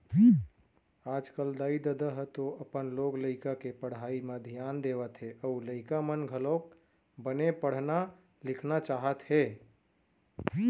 आजकल दाई ददा ह तो अपन लोग लइका के पढ़ई म धियान देवत हे अउ लइका मन घलोक बने पढ़ना लिखना चाहत हे